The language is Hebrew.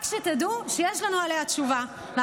רק שתדעו שיש לנו עליה תשובה,